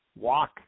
walk